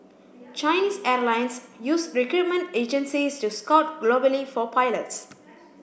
Chinese airlines use recruitment agencies to scout globally for pilots